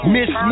Miss